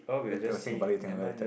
better think about it think about it